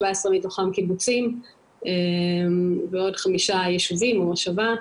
17 מתוכם קיבוצים ועוד חמישה ישובים או מושבה.